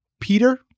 Peter